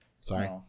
sorry